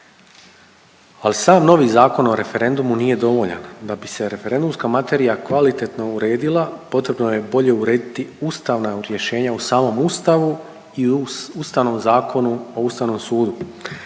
Al sam novi zakon o referendumu nije dovoljan, da bi se referendumska materija kvalitetno uredila potrebno je bolje urediti ustavna rješenja u samom Ustavu i u Ustavnom zakonu o Ustavnom sudu.